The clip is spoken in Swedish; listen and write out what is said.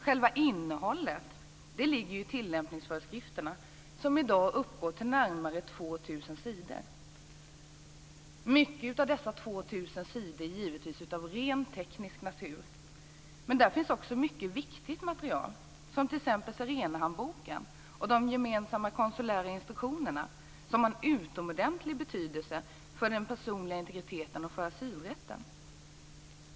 Själva innehållet ligger i tillämpningsföreskrifterna, som i dag uppgår till närmare 2 000 sidor. Mycket av dessa 2 000 sidor är givetvis av rent teknisk natur, men där finns också mycket viktigt material, t.ex. Sirenehandboken och de gemensamma konsulära instruktionerna, som har en utomordentlig betydelse för den personliga integriteteten och asylrätten.